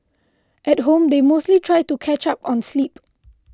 at home they mostly try to catch up on sleep